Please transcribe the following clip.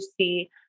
see